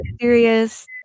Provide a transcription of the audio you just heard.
serious